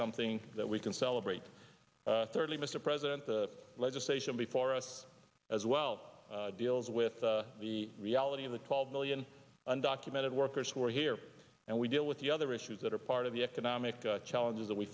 something that we can celebrate thirdly mr president the legislation before us as well deals with the reality of the twelve million undocumented workers who are here and we deal with the other issues that are part of the economic challenges that we